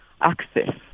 access